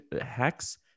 Hex